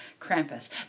Krampus